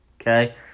Okay